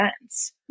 events